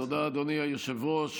תודה, אדוני היושב-ראש.